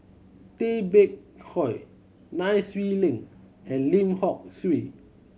Tay Bak Koi Nai Swee Leng and Lim Hock Siew